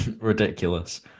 ridiculous